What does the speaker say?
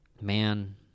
man